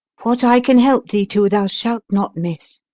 what i can help thee to thou shalt not miss.